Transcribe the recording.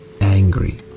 angry